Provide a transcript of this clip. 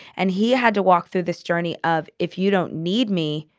and he had to walk through this journey of, if you don't need me,